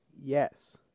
yes